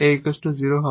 𝑎 0 হবে